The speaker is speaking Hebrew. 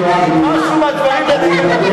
משהו מהדברים האלה,